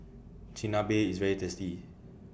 Chigenabe IS very tasty